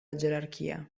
gerarchia